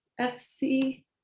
FC